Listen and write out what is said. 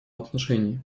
отношении